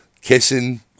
kissing